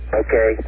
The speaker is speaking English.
okay